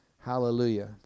Hallelujah